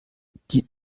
die